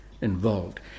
involved